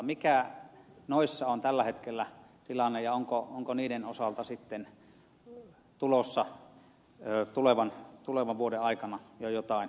mikä noissa on tällä hetkellä tilanne ja onko niiden osalta sitten tulossa tulevan vuoden aikana jo jotain etenemistä